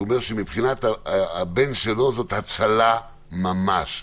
והוא אומר שמבחינת הבן שלו זאת הצלה ממש.